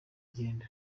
igenda